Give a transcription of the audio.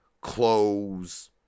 clothes